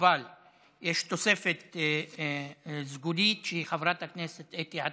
אבל יש תוספת סגולית שהיא חברת הכנסת אתי עטייה,